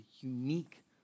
unique